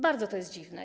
Bardzo to jest dziwne.